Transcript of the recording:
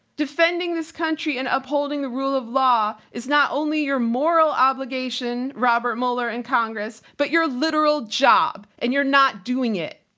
defending this country and upholding the rule of law is not only your moral obligation, robert mueller and congress, congress, but your literal job and you're not doing it.